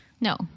No